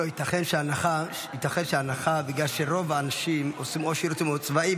ייתכן שההנחה היא שבגלל שרוב האנשים עושים שירות צבאי,